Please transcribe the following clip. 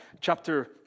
chapter